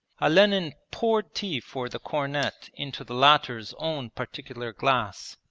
olenin poured tea for the cornet into the latter's own particular glass,